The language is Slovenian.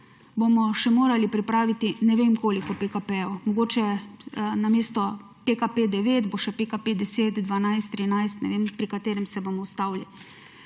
bomo še morali pripraviti ne vem koliko PKP-jev, mogoče namesto PKP9 bo še PKP10, 12, 13, ne vem, pri katerem se bomo ustavili.